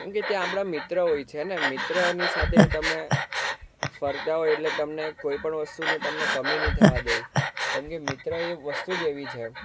કેમ કે ત્યાં આપણા મિત્ર હોય છે અને મિત્રની સાથે તમે ફરતા હો એટલે તમને કોઈ પણ વસ્તુનું તમને કમી નહીં થવા દે કેમ કે મિત્ર એ વસ્તુ જ એવી છે